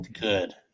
good